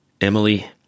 Emily